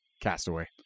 Castaway